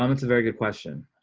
um it's a very good question.